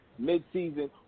midseason